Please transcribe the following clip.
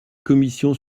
commission